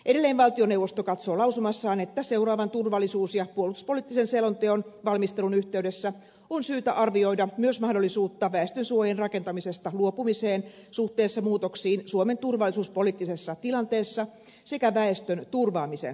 edelleen valtioneuvosto katsoo lausumassaan että seuraavan turvallisuus ja puolustuspoliittisen selonteon valmistelun yh teydessä on syytä arvioida myös mahdollisuutta väestönsuojien rakentamisesta luopumiseen suhteessa muutoksiin suomen turvallisuuspoliittisessa tilanteessa sekä väestön turvaamisen tarpeeseen